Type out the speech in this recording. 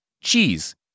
cheese